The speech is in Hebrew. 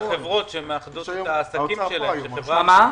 יש חברות שמאחדות את העסקים שלהם, את המע"מ,